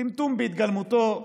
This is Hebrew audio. טמטום בהתגלמותו,